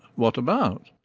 what about?